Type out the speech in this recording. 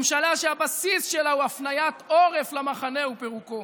ממשלה שהבסיס שלה הוא הפניית עורף למחנה ופירוקו.